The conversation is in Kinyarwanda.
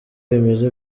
bimeze